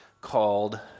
called